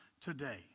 today